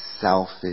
selfish